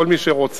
כל מי שרוצה,